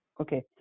Okay